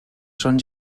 són